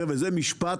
חבר'ה, זה משפט